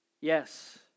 Yes